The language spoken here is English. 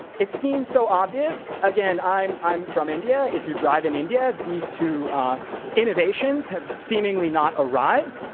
it seems so obvious. again, i'm i'm from india, if you drive in india these two innovations have seemingly not arrived.